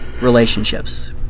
relationships